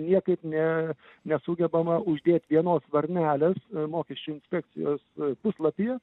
niekaip ne nesugebama uždėt vienos varnelės mokesčių inspekcijos puslapyje